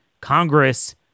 Congress